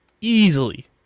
easily